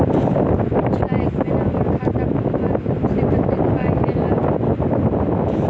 पिछला एक महीना मे हम्मर खाता मे कुन मध्यमे सऽ कत्तेक पाई ऐलई ह?